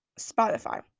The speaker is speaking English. Spotify